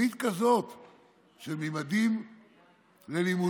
תוכנית כזאת של ממדים ללימודים,